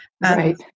right